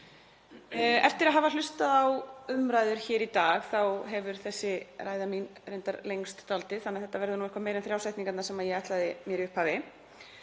Eftir að hafa hlustað á umræður hér í dag hefur þessi ræða mín reyndar lengst dálítið þannig að þetta verða eitthvað meira en þrjár setningarnar sem ég ætlaði mér í upphafi.